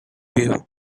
you